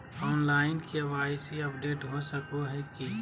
Online KYC update हो सको है की?